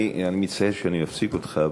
אני מצטער שאני מפסיק אותך,